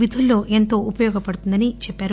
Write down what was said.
విధుల్లో ఎంతో ఉపయోగపడుతుందని చెప్పారు